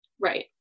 Right